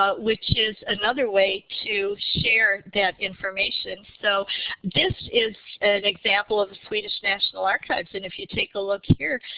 ah which is another way to share that information. so this is an example of the swedish national archives. and if you take a look here,